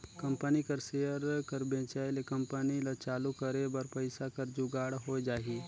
company कर share कर बेंचाए ले कंपनी ल चालू करे बर पइसा कर जुगाड़ होए जाही